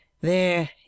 There